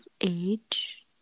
age